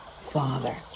Father